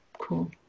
Cool